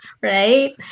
Right